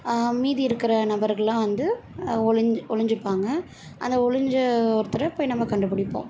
மீதி இருக்கிற நபர்கள்லாம் வந்து ஒளிஞ்சு ஒளிஞ்சுப்பாங்க அந்த ஒளிஞ்ச ஒருத்தரை போய் நம்ம கண்டுபிடிப்போம்